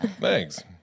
Thanks